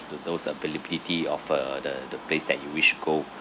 the those availability of uh the the place that you wish to go